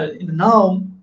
Now